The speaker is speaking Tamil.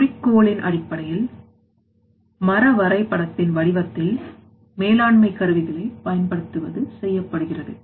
குறிக்கோளின் அடிப்படையில் மரவரைபடத்தின் வடிவத்தில் மேலாண்மை கருவிகளைப் பயன்படுத்துவது செய்யப்படுகிறது